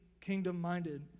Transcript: kingdom-minded